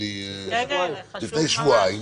לפני שבועיים.